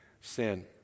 sin